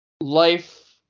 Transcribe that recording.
life